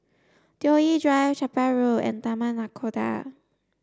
Toh Yi Drive Chapel Road and Taman Nakhoda